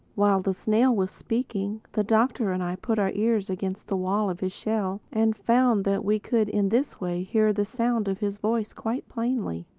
while the snail was speaking, the doctor and i put our ears against the wall of his shell and found that we could in this way hear the sound of his voice quite plainly.